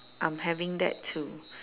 I'm having that too